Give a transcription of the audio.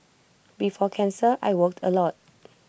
before cancer I worked A lot